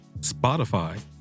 Spotify